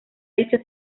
dicha